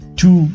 two